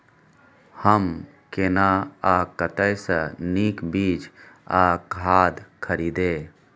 हम केना आ कतय स नीक बीज आ खाद खरीदे?